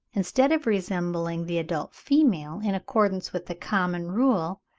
instead of resembling the adult female, in accordance with the common rule,